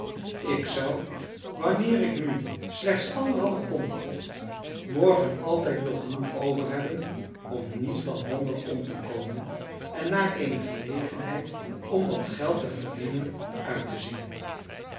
ik zou wanneer ik nu slechts anderhalf pond kocht morgen altijd nog genoeg overhebben om niet van honger om te komen en naar eene gelegenheid om wat geld te verdienen uit te zien